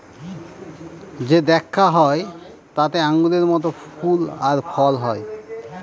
যে দ্রাক্ষা হয় তাতে আঙুরের মত ফল আর ফুল হয়